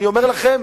אני אומר לכם,